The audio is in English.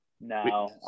No